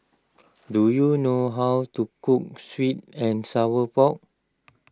do you know how to cook Sweet and Sour Pork